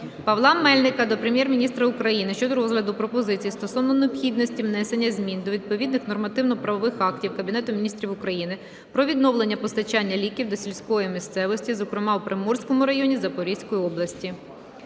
Павла Мельника до Прем'єр-міністра України щодо розгляду пропозицій стосовно необхідності внесення змін до відповідних нормативно-правових актів Кабінету Міністрів України про відновлення постачання ліків до сільської місцевості, зокрема у Приморському районі Запорізької області.